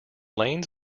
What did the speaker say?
lanes